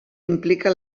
implica